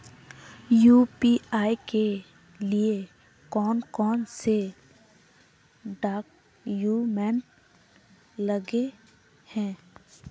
UPI के लिए कौन कौन से डॉक्यूमेंट लगे है?